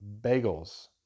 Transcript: bagels